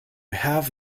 have